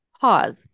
pause